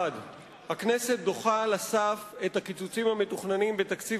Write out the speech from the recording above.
1. הכנסת דוחה על הסף את הקיצוצים המתוכננים בתקציב